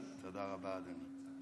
תודה רבה, אדוני.